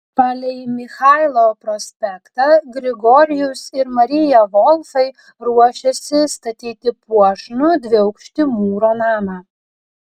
palei michailo prospektą grigorijus ir marija volfai ruošėsi statyti puošnų dviaukštį mūro namą